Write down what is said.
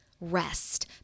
rest